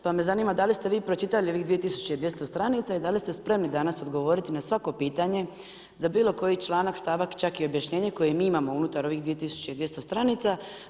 Pa me zanima da li ste vi pročitali ovih 2200 stranica i da li ste spremni danas odgovoriti na svako pitanje za bilo koji članak, stavak čak i objašnjenje koje mi imamo unutar ovih 2200 stranica?